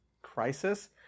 crisis